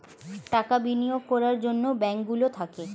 টাকা বিনিয়োগ করার জন্যে ব্যাঙ্ক গুলো থাকে